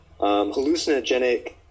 hallucinogenic